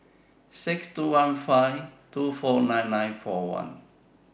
six two one five two four nine nine four one